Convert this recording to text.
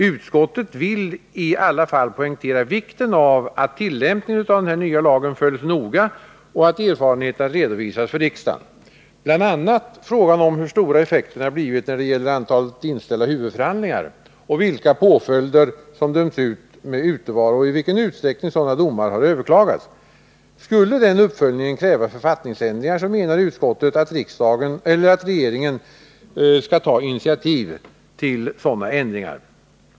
Utskottet vill i alla fall poängtera vikten av att tillämpningen av denna nya lag noga följs och att erfarenheterna redovisas för riksdagen. Det gäller bl.a. hur stora effekterna blivit när det gäller antalet inställda huvudförhandlingar, vilka påföljder som dömts ut vid utevaro och i vilken utsträckning sådana domar har överklagats. Skulle den uppföljningen kräva författningsändringar menar utskottet att regeringen skall ta initiativ till sådana ändringar.